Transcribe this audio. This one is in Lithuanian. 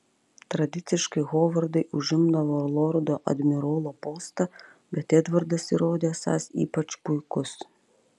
tradiciškai hovardai užimdavo lordo admirolo postą bet edvardas įrodė esąs ypač puikus